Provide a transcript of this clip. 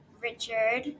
Richard